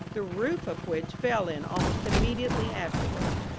the roof of which fell in almost immediately afterwards.